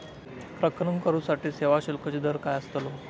प्रकरण करूसाठी सेवा शुल्काचो दर काय अस्तलो?